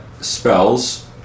spells